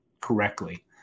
correctly